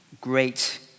great